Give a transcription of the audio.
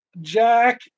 Jack